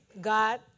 God